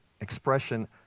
expression